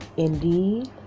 Indeed